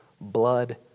blood